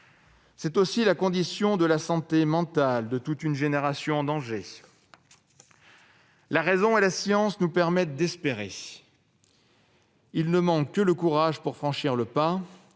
C'est aussi la condition de la santé mentale de toute une génération en danger. La raison et la science nous permettent d'espérer. Il ne manque que le courage pour franchir le pas